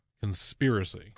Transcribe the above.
conspiracy